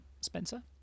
spencer